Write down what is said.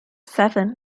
seven